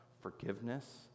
forgiveness